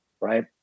right